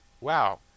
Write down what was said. Wow